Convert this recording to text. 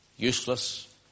useless